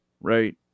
right